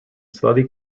slightly